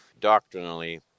doctrinally